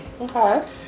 Okay